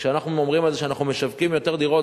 כשאנחנו אומרים שאנחנו משווקים יותר דירות,